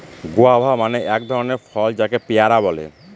guava মানে এক ধরনের ফল যাকে পেয়ারা বলে